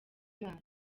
maso